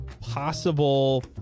possible